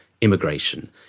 Immigration